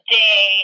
day